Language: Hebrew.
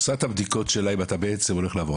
עושה את הבדיקות שלה אם אתה בעצם הולך לעבור.